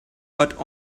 but